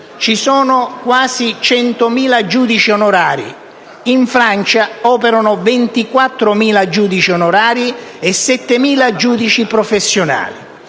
ci sono quasi 100.000 giudici onorari; in Francia operano 24.000 giudici onorari e 7.000 giudici professionali.